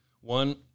one